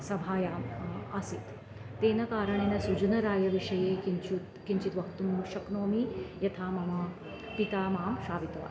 सभायाम् आसीत् तेन कारणेन सुजनरायविषये किञ्चित् किञ्चित् वक्तुं शक्नोमि यथा मम पिता मां श्रावितवान्